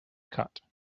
cut